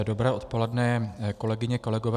Dobré odpoledne, kolegyně, kolegové.